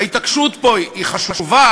ההתעקשות פה היא חשובה,